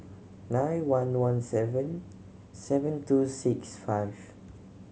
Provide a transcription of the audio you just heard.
nine one one seven seven two six five